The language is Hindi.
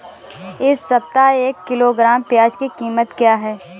इस सप्ताह एक किलोग्राम प्याज की कीमत क्या है?